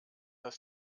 das